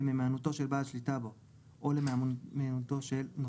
למהימנותו של בעל השליטה בו או למהימנותו